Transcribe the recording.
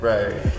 Right